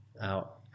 out